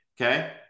okay